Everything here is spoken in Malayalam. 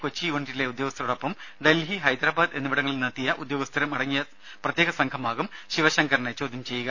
കൊച്ചി യൂണിറ്റിലെ ഉദ്യോഗസ്ഥരോടൊപ്പം ഡൽഹി ഹൈദരാബാദ് എന്നിവിടങ്ങളിൽ നിന്നെത്തിയ ഉദ്യോഗസ്ഥരും അടങ്ങിയ പ്രത്യേക സംഘമാകും ശിവശങ്കറിനെ ചോദ്യംചെയ്യുക